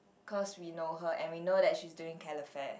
cause we know her and we know that she is doing calefare